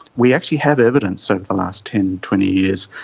we actually have evidence over the last ten, twenty years,